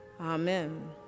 amen